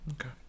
Okay